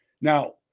Now